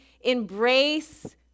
embrace